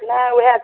नहि ओहे